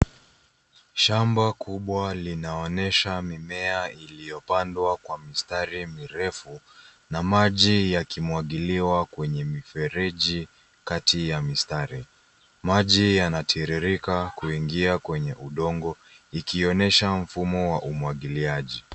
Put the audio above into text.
Shamba kubwa linaonyesha mimea iliyopandwa kwa mistari mirefu, na maji yakimwagiliwa kwenye mifereji, kati ya mistari. Maji yanatiririka kuingia kwenye udongo, ikionyesha mfumo wa umwagiliaji.